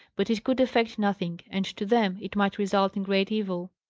but it could effect nothing and, to them, it might result in great evil.